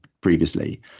previously